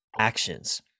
actions